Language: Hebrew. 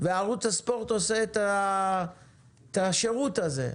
וערוץ הספורט עושה את השירות הזה,